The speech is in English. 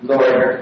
Lord